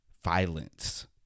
violence